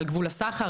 על גבול הסחר.